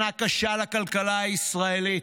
שנה קשה לכלכלה הישראלית,